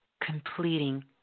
completing